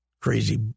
crazy